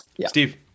Steve